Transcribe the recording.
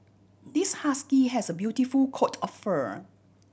this husky has a beautiful coat of fur